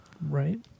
Right